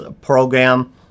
program